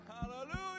Hallelujah